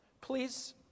Please